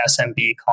SMB